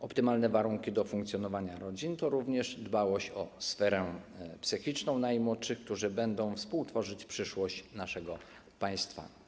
Optymalne warunki do funkcjonowania rodzin to również dbałość o sferę psychiczną najmłodszych, którzy będą współtworzyć przyszłość naszego państwa.